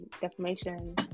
defamation